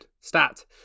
Stat